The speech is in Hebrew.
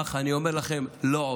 אך אני אומר לכם: לא עוד.